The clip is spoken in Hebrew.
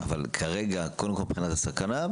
כרגע קודם כול מבחינת הסכנה,